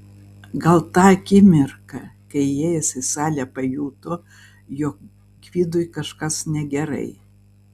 gal tą akimirką kai įėjęs į salę pajuto jog gvidui kažkas negerai